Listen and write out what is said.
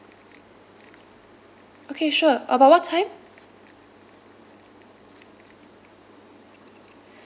okay sure uh but what time